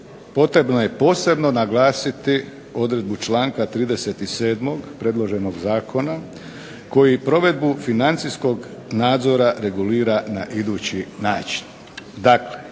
potrebno je posebno naglasiti odredbu članka 37. predloženog zakona koji provedbu financijskog nadzora regulira na idući način.